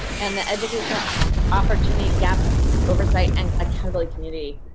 and the educational ah opportunity gap oversight and accounting community,